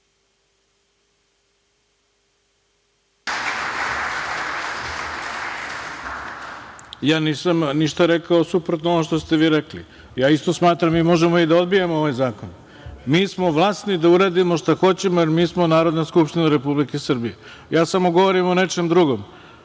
rekao ništa suprotno od onog što ste vi rekli. Isto smatram, mi možemo i da odbijemo ovaj zakon. Mi smo vlasni da uradimo šta hoćemo, jer mi smo Narodna skupština Republike Srbije, samo govorim o nečem drugom.